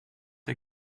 ihr